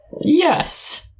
Yes